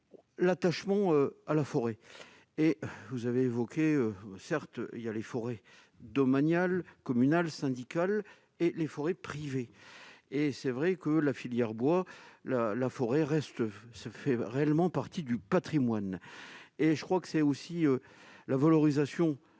l'attachement à la forêt et vous avez évoqué, certes il y a les forêts domaniales, communales syndical et les forêts privées, et c'est vrai que la filière bois le la forêt reste se fait réellement partie du Patrimoine, et je crois que c'est aussi la valorisation